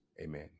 Amen